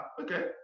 okay